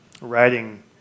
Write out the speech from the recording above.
writing